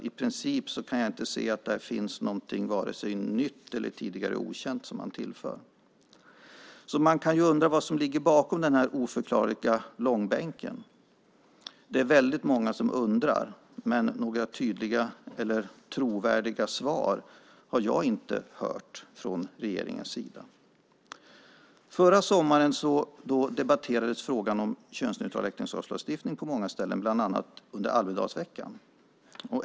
I princip kan jag inte se att där finns någonting vare sig nytt eller tidigare okänt som man tillför. Man kan därför undra vad som ligger bakom den här oförklarliga långbänken. Det är väldigt många som undrar, men några tydliga eller trovärdiga svar har jag inte hört från regeringens sida. Förra sommaren debatterades frågan om könsneutral äktenskapslagstiftning på många ställen, bland annat under Almedalsveckan.